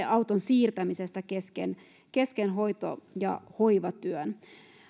auton siirtämisestä kesken kesken hoito ja hoivatyön